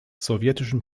sowjetischen